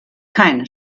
keine